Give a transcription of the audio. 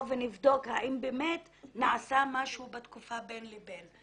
ונבדוק האם באמת נעשה משהו בתקופה שבין לבין.